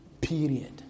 period